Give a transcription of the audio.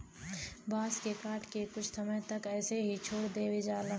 बांस के काट के कुछ समय तक ऐसे ही छोड़ देवल जाला